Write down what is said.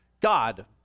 God